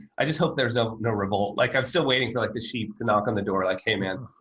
i just hope there's no no revolt like i'm still waiting for like the sheep to knock on the door like, hey, man.